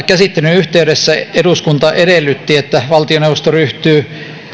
käsittelyn yhteydessä eduskunta edellytti että valtioneuvosto ryhtyy